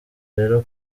rero